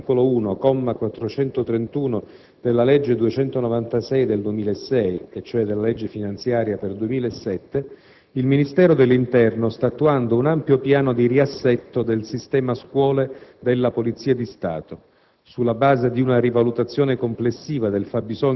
Com'è noto, a seguito delle previsioni contenute nell'articolo 1, comma 431, della legge n. 296 del 2006 (cioè la legge finanziaria 2007), il Ministero dell'interno sta attuando un ampio piano di riassetto del «Sistema Scuole» della Polizia di Stato,